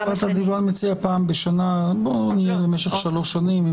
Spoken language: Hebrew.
חובת הדיווח פעם בשנה במשך שלוש שנים,